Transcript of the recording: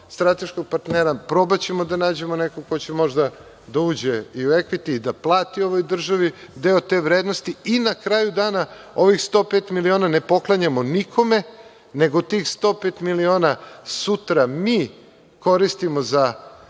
strateškog partnera, probaćemo da nađemo nekog ko će možda da uđe i u ekviti, i da plati ovoj državi deo te vrednosti.I na kraju dana ovih 105 miliona ne poklanjamo nikome, nego tih 105 miliona sutra mi koristimo za